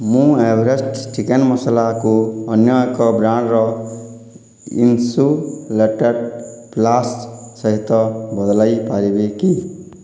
ମୁଁ Everest chicken ମସଲାକୁ ଅନ୍ୟ ଏକ ବ୍ରାଣ୍ଡର ଇନସୁଲେଟେଡ଼ ଫ୍ଲାସ୍କ ସହିତ ବଦଳାଇ ପାରିବି କି